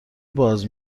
باز